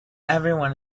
everyone